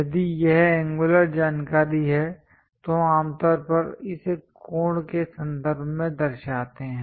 यदि यह एंगुलर जानकारी है तो हम आमतौर पर इसे कोण के संदर्भ में दर्शाते हैं